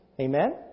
Amen